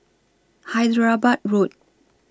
Hyderabad Road